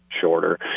shorter